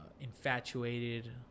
infatuated